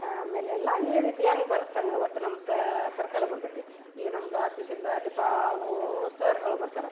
ಆಮೇಲೆಲ್ಲ ಈ ರೀತಿ ಹೆಂಗ್ ಬರತ್ತೆ ಹಂಗೆ ಅವತ್ತು ನಮ್ಮ ಸರ್ಕಲ್ ಬರ್ತೈತಿ ಈಗ ನಮ್ದು ಆಪೀಸಿಂದ ಡಿಪಾ ಅವೂ ಸರ್ಗಳು ಬರ್ತಾರೆ